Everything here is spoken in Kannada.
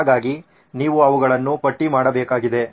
ಹಾಗಾಗಿ ನೀವು ಅವುಗಳನ್ನು ಪಟ್ಟಿ ಮಾಡಬೇಕಾಗಿದೆ